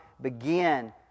begin